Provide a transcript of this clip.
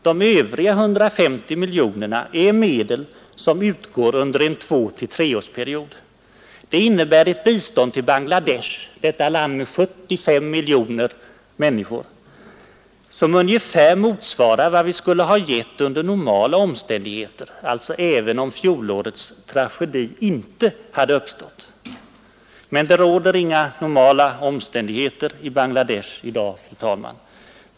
De övriga 150 miljonerna är medel som utgår under en 2 å 3-årsperiod. Det innebär ett bistånd till Bangladesh — detta land med 75 miljoner människor — som ungefär motsvarar vad vi skulle ha givit under normala omständigheter, alltså även om fjolårets tragedi inte hade uppstått. Men det råder inga normala omständigheter i Bangladesh i dag, fru talman.